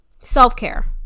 self-care